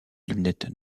lunettes